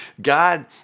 God